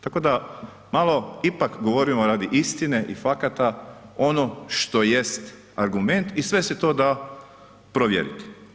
Tako da malo ipak govorimo radi istine i fakata ono što jest argument i sve se to da provjeriti.